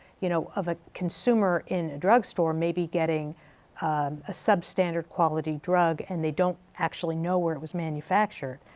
you know, of a consumer in a drugstore maybe getting a substandard quality drug and they don't actually know where it was manufactured.